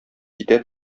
китә